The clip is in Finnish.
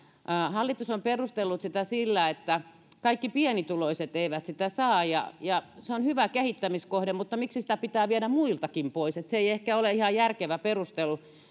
hallitus on perustellut sitä sillä että kaikki pienituloiset eivät sitä saa ja se on hyvä kehittämiskohde mutta miksi sitä pitää viedä muiltakin pois se ei ehkä ole ihan järkevä perustelu